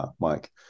Mike